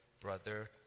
brother